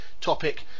topic